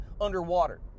underwater